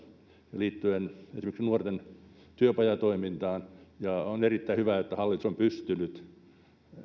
liittyen esimerkiksi nuorten työpajatoimintaan ja on erittäin hyvä että hallitus on pystynyt